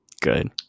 Good